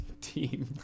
team